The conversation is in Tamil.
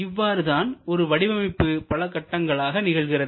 இவ்வாறுதான் ஒரு வடிவமைப்பு பல கட்டங்களாக நிகழ்கிறது